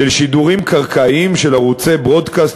של שידורים קרקעיים של ערוצי broadcast,